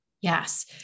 Yes